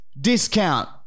discount